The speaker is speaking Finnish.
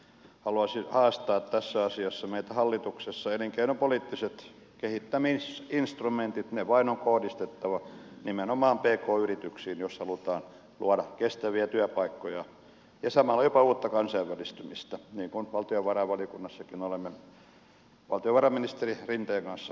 haluaisin haastaa tässä asiassa meitä hallituksessa että elinkeinopoliittiset kehittämisinstrumentit on vain kohdistettava nimenomaan pk yrityksiin jos halutaan luoda kestäviä työpaikkoja ja samalla jopa uutta kansainvälistymistä mistä valtiovarainvaliokunnassakin olemme valtiovarainministeri rinteen kanssa käyneet hyvää keskustelua